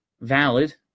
valid